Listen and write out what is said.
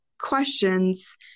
questions